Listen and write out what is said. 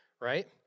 right